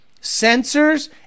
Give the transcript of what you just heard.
sensors